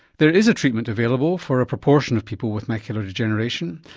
there is a treatment available for a proportion of people with macular degeneration,